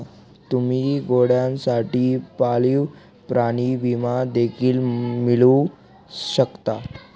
तुम्ही घोड्यांसाठी पाळीव प्राणी विमा देखील मिळवू शकता